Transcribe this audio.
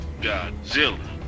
Godzilla